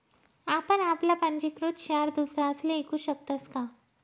आपण आपला पंजीकृत शेयर दुसरासले ईकू शकतस का?